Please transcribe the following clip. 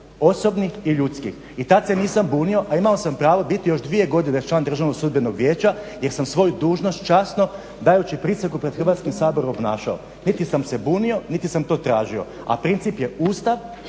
osobnih i ljudskih. I tad se nisam bunio, a imao sam pravo biti još dvije godine član Državnog sudbenog vijeća jer sam svoju dužnost časno, dajući prisegu pred Hrvatskim saborom obnašao. Niti sam se bunio, niti sam to tražio, a princip je Ustav,